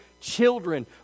children